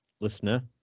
listener